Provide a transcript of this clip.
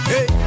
Hey